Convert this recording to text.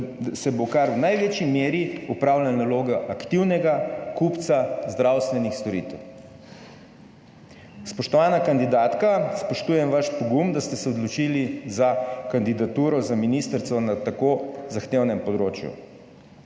se bo kar v največji meri opravljala naloga aktivnega kupca zdravstvenih storitev. Spoštovana kandidatka, spoštujem vaš pogum, da ste se odločili za kandidaturo za ministrico na tako zahtevnem področju,